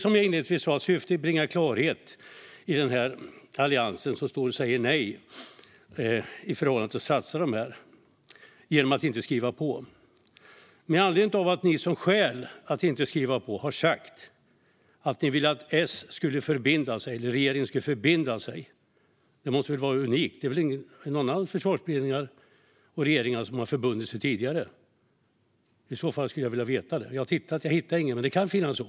Som jag inledningsvis sa är syftet att bringa klarhet i det här med att Alliansen står och säger nej till att satsa genom att inte skriva på. Ni har som skäl till att inte skriva på angett att ni vill att regeringen ska förbinda sig. Det måste vara unikt, för det är väl inga försvarsberedningar eller regeringar som har förbundit sig tidigare. Om det är så skulle jag vilja veta det. Jag har tittat efter och hittade inget, men det skulle ju kunna vara så.